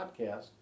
podcast